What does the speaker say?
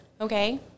okay